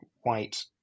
white